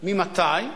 ממתי?